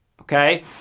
Okay